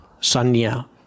sanya